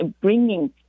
bringing